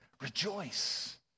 Rejoice